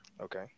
Okay